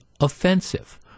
offensive